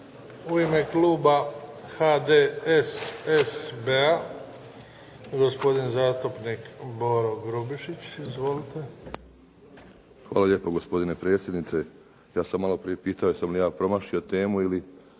U ime kluba HDSSB-a gospodin zastupnik Boro Grubišić. Izvolite. **Grubišić, Boro (HDSSB)** Hvala lijepo gospodine predsjedniče. Ja sam malo prije pitao jesam li ja promašio temu ili